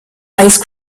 ice